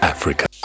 Africa